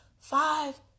five